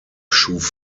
schuf